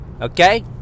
Okay